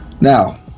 now